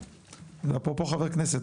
אפרופו חברי כנסת,